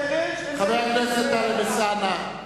חבר הכנסת טלב אלסאנע,